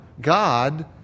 God